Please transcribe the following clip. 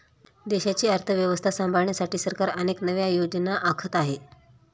देशाची अर्थव्यवस्था सांभाळण्यासाठी सरकार अनेक नव्या योजना आखत आहे